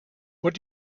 what